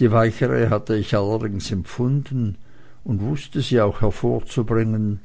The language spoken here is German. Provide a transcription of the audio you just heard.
die weichere hatte ich allerdings empfunden und wußte sie auch hervorzubringen